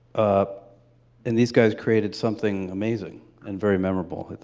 ah and these guys created something amazing and very memorable.